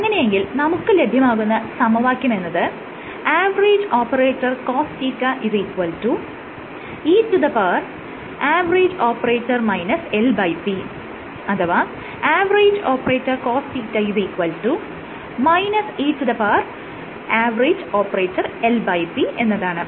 അങ്ങനെയെങ്കിൽ നമുക്ക് ലഭ്യമാകുന്ന സമവാക്യമെന്നത് cosθ e LP അഥവാ cosθ eLP എന്നതാണ്